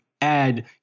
add